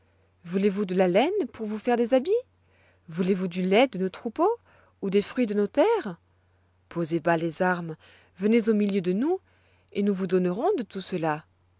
voulez-vous de la laine pour vous faire des habits voulez-vous du lait de nos troupeaux ou des fruits de nos terres posez bas les armes venez au milieu de nous et nous vous donnerons de tout cela